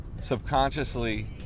Subconsciously